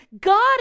God